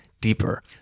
deeper